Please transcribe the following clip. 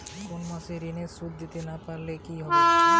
কোন মাস এ ঋণের সুধ দিতে না পারলে কি হবে?